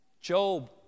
Job